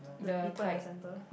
the people in the center